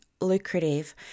lucrative